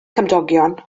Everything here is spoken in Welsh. cymdogion